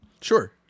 Sure